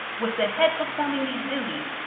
with the head performing these duties,